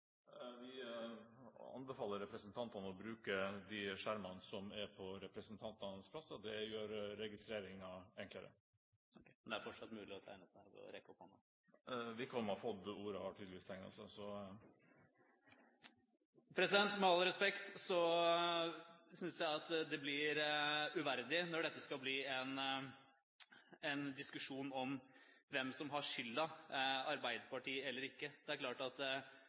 Vi anbefaler representantene å bruke de skjermene som er på representantenes plasser. Det gjør registreringen enklere. Men det er fortsatt mulig å tegne seg ved å rekke opp hånda? Wickholm har fått ordet, og har tydeligvis tegnet seg. Med all respekt, jeg synes det blir uverdig når dette skal bli en diskusjon om hvem som har skylda, om Arbeiderpartiet har skylda eller ikke. Det er klart at